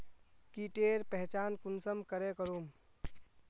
कीटेर पहचान कुंसम करे करूम?